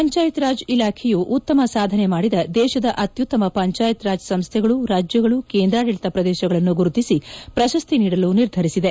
ಪಂಚಾಯತ್ ರಾಜ್ ಇಲಾಖೆಯು ಉತ್ತಮ ಸಾಧನೆ ಮಾಡಿದ ದೇಶದ ಅತ್ಯುತ್ತಮ ಪಂಚಾಯತ್ ರಾಜ್ ಸಂಸ್ಥೆಗಳುರಾಜ್ಯಗಳುಕೇಂದ್ರಾಡಳಿತ ಪ್ರದೇಶಗಳನ್ನು ಗುರುತಿಸಿ ಪ್ರಶಸ್ತಿ ನೀಡಲು ನಿರ್ಧರಿಸಿದೆ